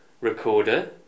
recorder